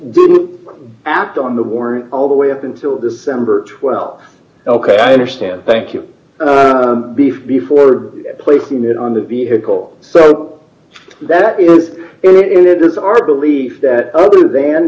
didn't act on the warrant all the way up until december th ok i understand thank you beef before placing it on the vehicle so that is it is our belief that other than